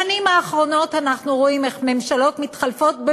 בשנים האחרונות אנחנו רואים איך ממשלות מתחלפות,